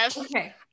Okay